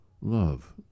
Love